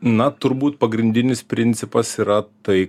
na turbūt pagrindinis principas yra tai